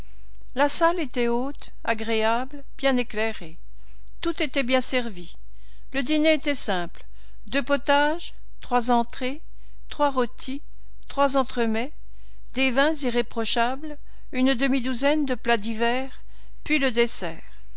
la salle était haute agréable bien éclairée tout était bien servi le dîner était simple deux potages trois entrées trois rôtis trois entremets des vins irréprochables une demi-douzaine de plats divers puis le dessert